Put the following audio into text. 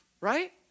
Right